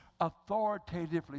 Authoritatively